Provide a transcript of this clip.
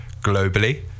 globally